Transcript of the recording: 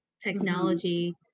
technology